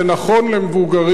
זה ודאי נכון למבוגרים,